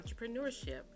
entrepreneurship